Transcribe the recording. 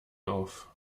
auf